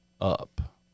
up